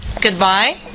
Goodbye